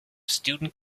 student